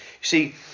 see